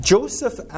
Joseph